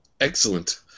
Excellent